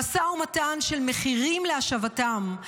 משא ומתן על מחירים להשבתם,